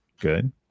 Good